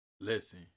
listen